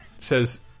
says